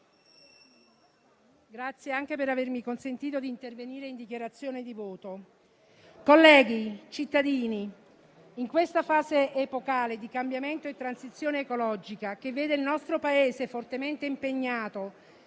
ringrazio per avermi consentito di intervenire in dichiarazione di voto. Colleghi, cittadini, in questa fase epocale di cambiamento e transizione ecologica, che vede il nostro Paese fortemente impegnato